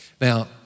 Now